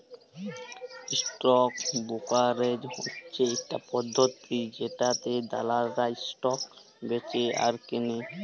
stock brokerage হচ্যে ইকটা পদ্ধতি জেটাতে দালালরা স্টক বেঁচে আর কেলে